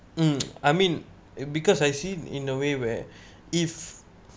mm I mean it because I seen in a way where if